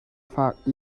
fak